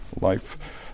life